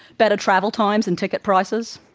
better travel times, and ticket prices,